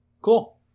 Cool